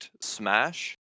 Smash